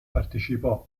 partecipò